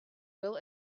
will